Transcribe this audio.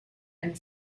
and